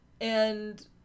And-